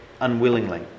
unwillingly